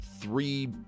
three